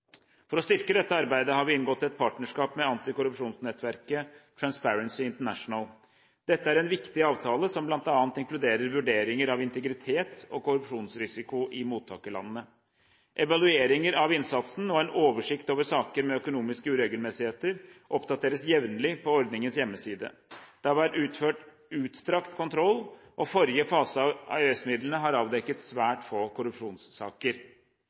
For å styrke dette arbeidet har vi inngått et partnerskap med antikorrupsjonsnettverket Transparency International. Dette er en viktig avtale som bl.a. inkluderer vurderinger av integritet og korrupsjonsrisiko i mottakerlandene. Evalueringer av innsatsen og en oversikt over saker med økonomiske uregelmessigheter oppdateres jevnlig på ordningens hjemmeside. Det har vært utført utstrakt kontroll, og forrige fase av EØS-midlene har avdekket svært få korrupsjonssaker.